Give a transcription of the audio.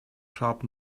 sharp